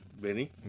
Benny